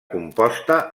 composta